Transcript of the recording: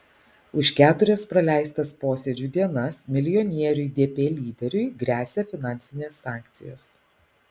už keturias praleistas posėdžių dienas milijonieriui dp lyderiui gresia finansinės sankcijos